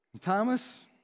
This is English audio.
Thomas